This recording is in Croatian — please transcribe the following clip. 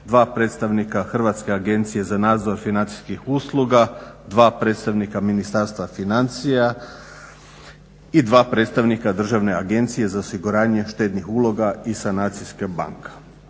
2 predstavnika Hrvatske agencije za nadzor financijskih usluga, 2 predstavnika Ministarstva financija i 2 predstavnika Državne agencije za osiguranje štednih uloga i sanacije banka.